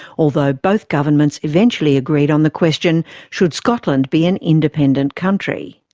although both governments eventually agreed on the question should scotland be an independent country?